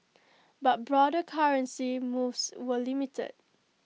but broader currency moves were limited